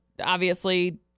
obviously-